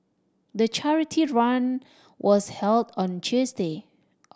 the charity run was held on Tuesday